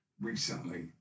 recently